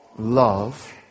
Love